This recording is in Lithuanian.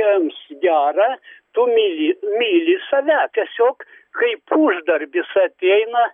jiems gera tu myli myli save tiesiog kaip uždarbis ateina